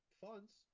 funds